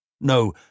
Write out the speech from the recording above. no